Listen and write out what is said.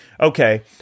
okay